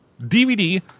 DVD